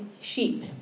sheep